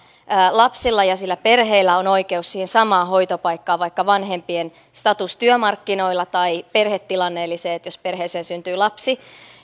lapsella ja sillä perheellä on oikeus siihen samaan hoitopaikkaan vaikka vanhempien status työmarkkinoilla tai perhetilanne eli jos perheeseen syntyy lapsi